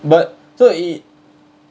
but so it